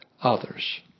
others